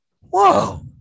Whoa